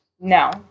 no